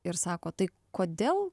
ir sako tai kodėl